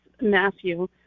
Matthew